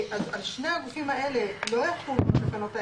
אז על שני הגופים האלה לא יחולו התקנות האלה.